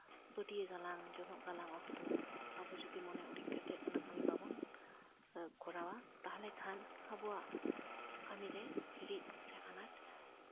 ᱯᱟᱹᱴᱭᱟᱹ ᱜᱟᱞᱟᱝ ᱡᱚᱱᱚᱜ ᱜᱟᱞᱟᱝ ᱚᱠᱛᱚ ᱟᱵᱚ ᱡᱩᱫᱤ ᱢᱚᱱᱮ ᱩᱨᱤᱡ ᱠᱟᱛᱮᱜ ᱠᱟᱹᱢᱤ ᱵᱟᱵᱚᱱ ᱠᱚᱨᱟᱣᱟ ᱛᱟᱦᱞᱮ ᱠᱷᱟᱱ ᱟᱵᱚᱣᱟᱜ ᱠᱟᱹᱢᱤᱨᱮ ᱦᱤᱲᱤᱡ ᱥᱮ ᱟᱱᱟᱴ